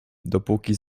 dopóki